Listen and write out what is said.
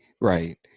Right